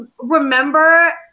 remember